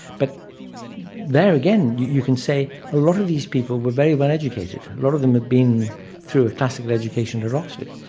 but there again, you can say well a lot of these people were very well educated, a lot of them had been through a classical education at oxford,